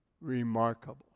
remarkable